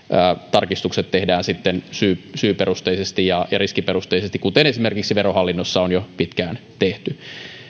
tarkistukset tehdään sitten syyperusteisesti ja ja riskiperusteisesti kuten esimerkiksi verohallinnossa on jo pitkään tehty